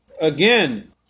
again